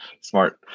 Smart